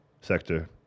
sector